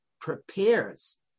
prepares